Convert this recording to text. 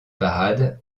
parades